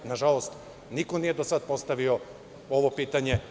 Nažalost, niko nije do sada postavio pitanje.